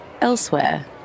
elsewhere